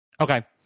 Okay